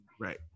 right